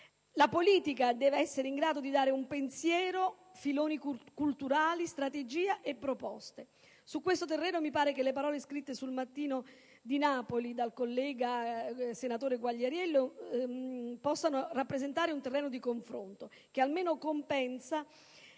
La politica deve essere in grado di dare un pensiero, filoni culturali, strategie e proposte. Su questo terreno mi pare che le parole scritte su «Il Mattino» di Napoli dal senatore Quagliariello possano rappresentare un terreno di confronto, che almeno compensa